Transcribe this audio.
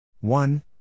One